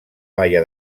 baia